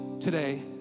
today